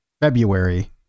February